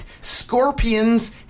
Scorpions